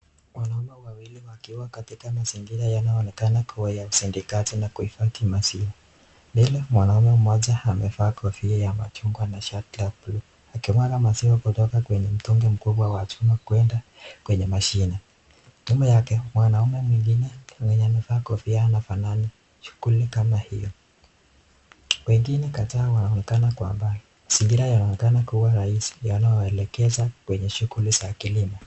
Wanaume wawili wakiwa katika mazingira yanayoonekana kuwa usindikaji na kuhifadhi maziwa. Mbele mwanaume mmoja amevaa kofia ya rangi ya machungwa na shati la buluu , akimwaga maziwa kutoka kwenye mtungi mkubwa wa chuma kwenda kwenye mashine. Nyuma yake mwanaume mwingine mwenyev amevaa kofia inafanana kama hiyo. Wengine kadhaa wanaonekana kwa mbali. Mazingira yanaonekana kuwa rahisi yanayoelekeza kwenye shughuli za kilimo.